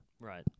Right